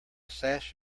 sash